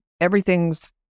everything's